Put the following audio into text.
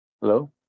hello